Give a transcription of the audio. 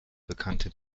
bekannte